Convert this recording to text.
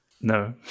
No